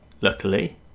luckily